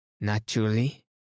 Naturally